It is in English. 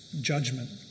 judgment